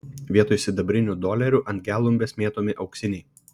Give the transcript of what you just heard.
vietoj sidabrinių dolerių ant gelumbės mėtomi auksiniai